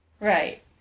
Right